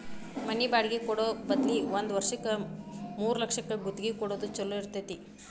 ಮನಿ ಬಾಡ್ಗಿ ಕೊಡೊ ಬದ್ಲಿ ಒಂದ್ ವರ್ಷಕ್ಕ ಮೂರ್ಲಕ್ಷಕ್ಕ ಗುತ್ತಿಗಿ ಕೊಡೊದ್ ಛೊಲೊ ಇರ್ತೆತಿ